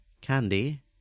Candy